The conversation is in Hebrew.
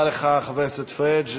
תודה רבה לך, חבר הכנסת פריג'.